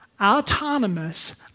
autonomous